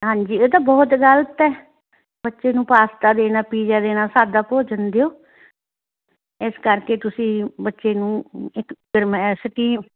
ਹਾਂਜੀ ਇਹ ਤਾਂ ਬਹੁਤ ਗਲਤ ਹੈ ਬੱਚੇ ਨੂੰ ਪਾਸਤਾ ਦੇਣਾ ਪੀਜ਼ਾ ਦੇਣਾ ਸਾਦਾ ਭੋਜਨ ਦਿਓ ਇਸ ਕਰਕੇ ਤੁਸੀਂ ਬੱਚੇ ਨੂੰ ਇੱਕ ਗਰਮੈਸਟੀ